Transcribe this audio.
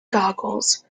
goggles